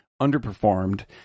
underperformed